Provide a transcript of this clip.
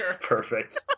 Perfect